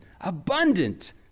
abundant